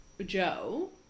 Joe